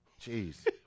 Jeez